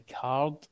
card